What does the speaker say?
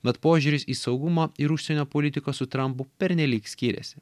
vat požiūris į saugumo ir užsienio politiką su trampu pernelyg skyrėsi